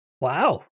Wow